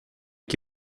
que